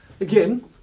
again